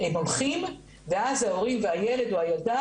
והם הולכים ואז ההורים והילד או הילדה